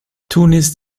tunis